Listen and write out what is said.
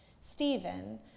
Stephen